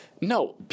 no